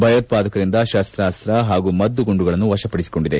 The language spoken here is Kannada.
ಭಯೋತ್ಪಾದಕರಿಂದ ಶಸ್ತಾಸ್ತ್ರ ಹಾಗೂ ಮದ್ದುಗುಂಡುಗಳನ್ನು ವಶಪಡಿಸಿಕೊಂಡಿದೆ